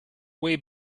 way